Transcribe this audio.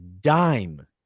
dime